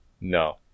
No